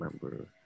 remember